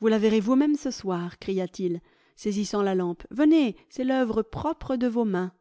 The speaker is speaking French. vous la verrez vous-même ce soir cria-t-il saisissant la lampe venez c'est l'œuvre propre de vos mains